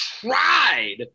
tried